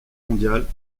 mondiale